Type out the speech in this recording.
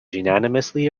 unanimously